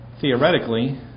theoretically